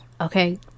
Okay